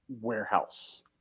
warehouse